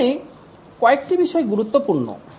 এখানে কয়েকটি বিষয় গুরুত্বপূর্ণ